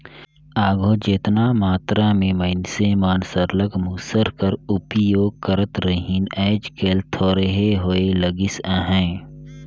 आघु जेतना मातरा में मइनसे मन सरलग मूसर कर उपियोग करत रहिन आएज काएल थोरहें होए लगिस अहे